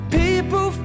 people